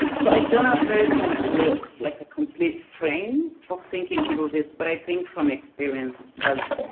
so i don't have a complete like ah complete frame of thinking through this but i think from experience as